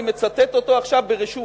אני מצטט אותו עכשיו ברשות,